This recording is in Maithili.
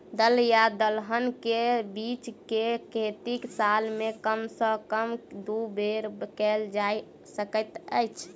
दल या दलहन केँ के बीज केँ खेती साल मे कम सँ कम दु बेर कैल जाय सकैत अछि?